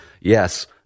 yes